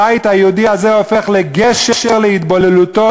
הבית היהודי הזה הופך לגשר להתבוללותו,